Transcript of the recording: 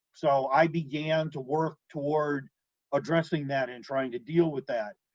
so i began to work toward addressing that and trying to deal with that.